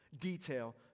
detail